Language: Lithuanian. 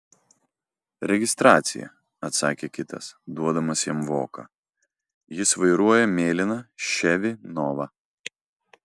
registracija atsakė kitas duodamas jam voką jis vairuoja mėlyną chevy nova